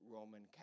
Roman